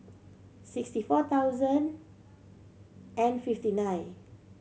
sixty four thousand and fifty nine